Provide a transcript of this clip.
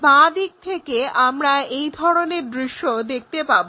বাঁ দিক থেকে আমরা এই ধরনের দৃশ্য দেখতে পাবো